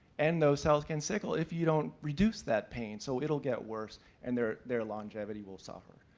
and those cells can sickle if you don't reduce that pain. so it will get worse and their their longevity will suffer.